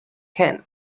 ken